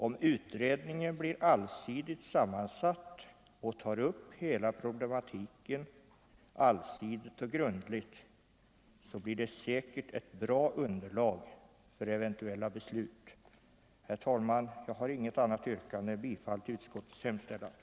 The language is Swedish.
Om utredningen blir allsidigt sammansatt och tar upp hela problematiken allsidigt och grundligt, så får vi säkert ett bra underlag för eventuella beslut. Herr talman! Jag har inget annat yrkande än om bifall till utskottets hemställan.